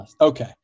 Okay